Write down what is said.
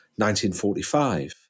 1945